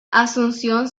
asunción